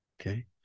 Okay